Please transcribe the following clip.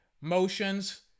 motions